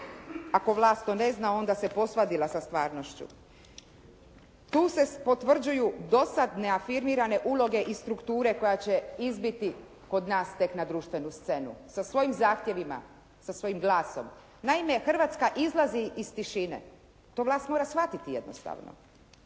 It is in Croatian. Ako vlast to ne zna, onda se posvadila sa stvarnošću. Tu se potvrđuju dosada neafirmirane uloge i strukture koje će izbiti kod nas tek na društvenu scenu, sa svojim zahtjevima, sa svojim glasom. Naime, Hrvatska izlazi iz tišine. To vlast mora shvatiti jednostavno.